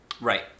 Right